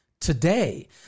today